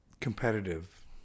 competitive